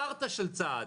חרטה של צעד,